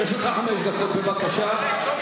לרשותך חמש דקות, בבקשה.